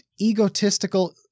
egotistical